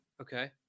Okay